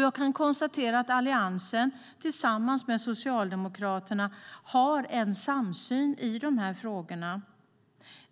Jag kan konstatera att Alliansen tillsammans med Socialdemokraterna har en samsyn i dessa frågor.